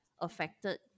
affected